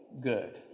good